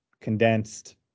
condensed